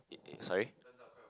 it it sorry